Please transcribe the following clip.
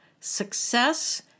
Success